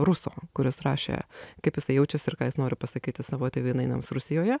ruso kuris rašė kaip jisai jaučiasi ir ką jis nori pasakyti savo tėvynainiams rusijoje